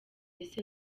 ese